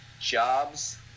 jobs